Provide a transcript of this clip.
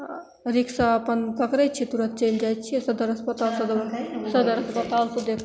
रिक्सा अपन पकड़य छियै तुरत चलि जाइ छियै सदर अस्पताल सदर अस्पतालसँ